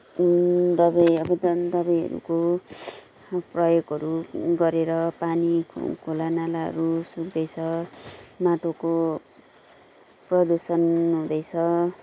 दबाईहरू छन् दबाईहरूको प्रयोगहरू गरेर पानी खोला नालाहरू सुक्दैछ माटोको प्रदुषण हुँदैछ